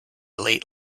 late